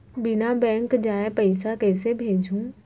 बिना बैंक जाये पइसा कइसे भेजहूँ?